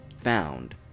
found